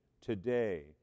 today